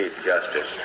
justice